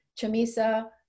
Chamisa